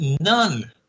none